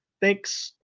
Thanks